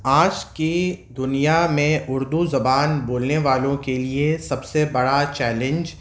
آج کی دنیا میں اردو زبان بولنے والوں کے لیے سب سے بڑا چیلنچ